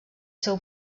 seu